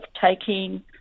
taking